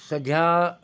सध्या